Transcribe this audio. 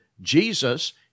Jesus